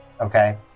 Okay